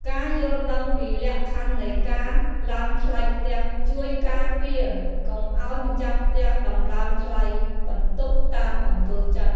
ការយល់ដឹងពីលក្ខខណ្ឌនៃការឡើងថ្លៃផ្ទះជួយការពារកុំឱ្យម្ចាស់ផ្ទះតម្លើងថ្លៃបន្ទប់តាមអំពើចិត្ត។